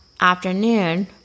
afternoon